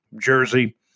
jersey